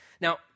Now